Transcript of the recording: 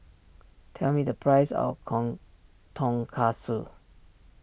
tell me the price of kong Tonkatsu